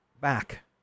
back